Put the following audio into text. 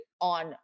on